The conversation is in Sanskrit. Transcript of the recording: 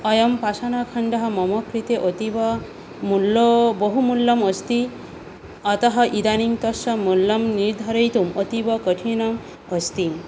अयं पाषाणखण्डः मम कृते अतीवमूल्यः बहुमूल्यम् अस्ति अतः इदानीं तस्य मूल्यं निर्धारयितुम् अतीवकठिनम् अस्ति